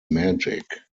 magic